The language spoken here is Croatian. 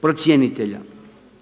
procjenitelja.